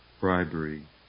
bribery